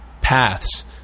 paths